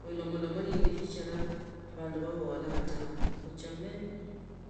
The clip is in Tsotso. Khuilomolomo lundi sichira abandu babola tawe khuchame